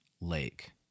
lake